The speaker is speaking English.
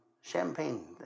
champagne